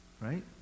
right